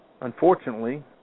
Unfortunately